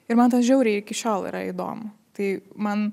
ir man tas žiauriai iki šiol yra įdomu tai man